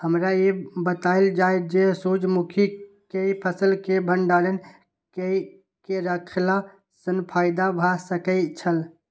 हमरा ई बतायल जाए जे सूर्य मुखी केय फसल केय भंडारण केय के रखला सं फायदा भ सकेय छल?